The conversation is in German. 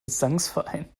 gesangsverein